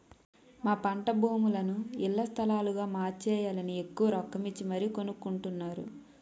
మా పంటభూములని ఇళ్ల స్థలాలుగా మార్చేయాలని ఎక్కువ రొక్కమిచ్చి మరీ కొనుక్కొంటున్నారు